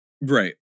Right